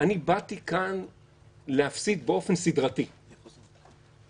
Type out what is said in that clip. באתי לכאן להפסיד באופן סדרתי -- בהצלחה.